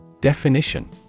Definition